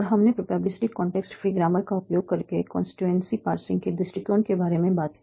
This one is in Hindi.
और हमने प्रोबेबिलिस्टिक कॉन्टेक्स्ट फ्री ग्रामर का उपयोग करके कांस्टीट्यूएंसी पार्सिंग के दृष्टिकोण के बारे में बात की